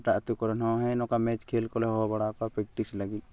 ᱮᱴᱟᱜ ᱟᱛᱳ ᱠᱚᱨᱮᱱ ᱦᱚᱸ ᱱᱚᱠᱟ ᱢᱮᱪ ᱠᱷᱮᱞ ᱠᱚᱞᱮ ᱦᱚᱦᱚ ᱵᱟᱲᱟᱣ ᱠᱚᱣᱟ ᱯᱮᱠᱴᱤᱥ ᱞᱟᱹᱜᱤᱫ